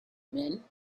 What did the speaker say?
men